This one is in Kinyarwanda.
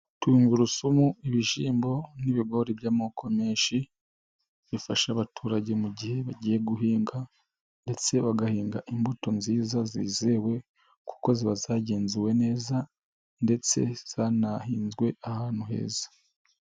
Tungurusumu, ibishyimbo n'ibigori by'amoko menshi bifasha abaturage mu gihe bagiye guhinga ndetse bagahinga imbuto nziza zizewe, kuko ziba zagenzuwe neza ndetse zanahinzwe ahantu heza.